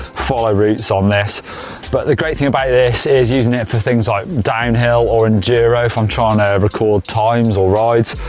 follow routes on this. but the great thing about this is using it for things like downhill or enduro if i'm trying to record times or rides.